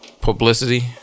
publicity